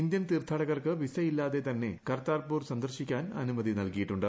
Indian തീർത്ഥാടകർക്ക് വിസയില്ലാതെ തന്നെ കർത്താർപൂർ സന്ദർശിക്കാൻ അനുമതി നൽകിയിട്ടുണ്ട്